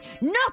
no